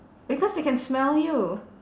because they can smell you